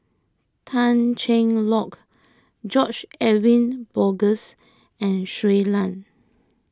Tan Cheng Lock George Edwin Bogaars and Shui Lan